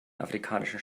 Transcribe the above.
afrikanischen